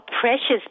precious